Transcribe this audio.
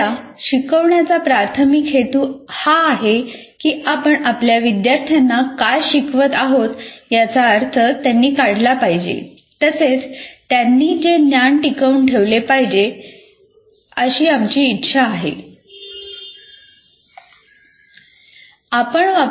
आपल्या शिकवण्याचा प्राथमिक हेतू हा आहे की आपण आपल्या विद्यार्थ्यांना काय शिकवत आहोत याचा अर्थ त्यांनी काढला पाहिजे तसेच त्यांनी ते ज्ञान टिकवून ठेवले पाहिजे अशी आमची इच्छा आहे